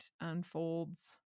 unfolds